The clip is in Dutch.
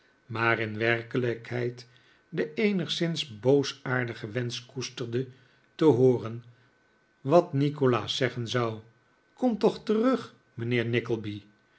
maar in werkelijkheid den eenigszins boosaardigen wensch koesterde te hooren wat nikolaas zeggen zou kom toch terug mijnheer